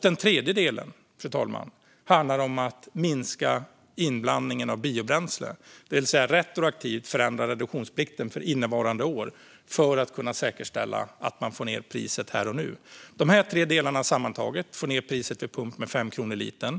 Den tredje delen, fru talman, handlar om att minska inblandningen av biobränsle, det vill säga retroaktivt förändra reduktionsplikten för innevarande år, för att kunna säkerställa att man får ned priset här och nu. De här tre delarna sammantaget får ned priset vid pump med 5 kronor litern.